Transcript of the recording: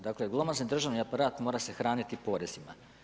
Dakle glomazni državni aparat mora se hraniti porezima.